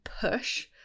push